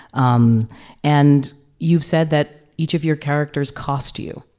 um and you've said that each of your characters cost you